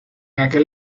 aquel